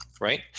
right